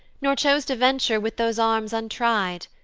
nor chose to venture with those arms untry'd,